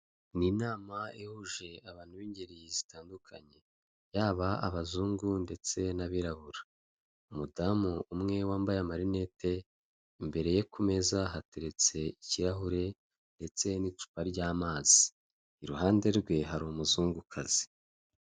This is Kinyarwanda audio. Ni inama ihuje abantu b'ingeri zitandukanye, yaba abazungu ndetse n'abirabura. Umudamu umwe wambaye marinete, imbere ye ku meza hateretse ikirahure ndetse n'icupa ry'amazi. Iruhande rwe hari umuzungukazi.